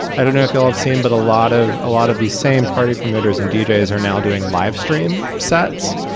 i don't know if feel i've seen, but a lot of a lot of these same party promoters and deejays are now doing livestream sets.